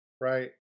Right